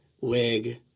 wig